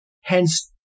Hence